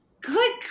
Good